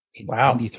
Wow